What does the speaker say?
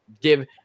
give